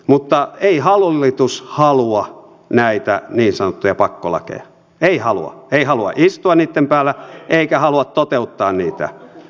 mutta ei hallitus halua näitä niin sanottuja pakkolakeja ei halua ei halua istua niitten päällä eikä halua toteuttaa niitä